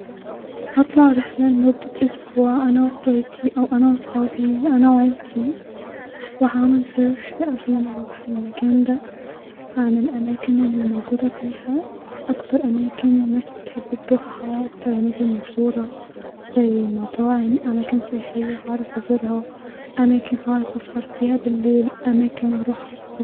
هطلع رحله لمده اسبوع انا واخواتي-او انا وصحابي-اما وعيلتي-وهعمل سيرش قبل ما اروح المكان دا-عن الاماكن الي موجوده فيها -اكتر الاماكن الناس بتحب تروحها-اماكن مشهوره زي المطاعم-اماكن سياحيه هعرف ازورها-اماكن هعرف اسهر فيها بليل-اماكن اروحها الصبح